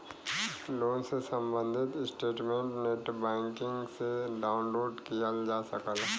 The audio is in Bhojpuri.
लोन से सम्बंधित स्टेटमेंट नेटबैंकिंग से डाउनलोड किहल जा सकला